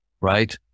right